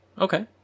Okay